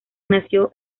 nació